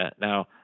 now